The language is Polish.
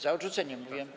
Za odrzuceniem mówiłem?